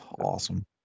Awesome